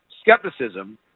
skepticism